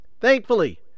Thankfully